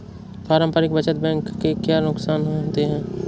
पारस्परिक बचत बैंक के क्या नुकसान होते हैं?